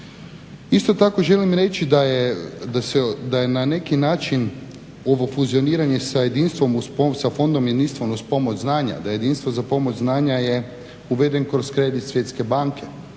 Isto tako želim reći da je na neki način ovo fuzioniranje sa jedinstvo sa Fondom jedinstvom uz pomoć znanja, da jedinstvo za pomoć zvanja je uveden kroz kredit svjetske banke.